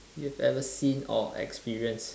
you've ever seen or experience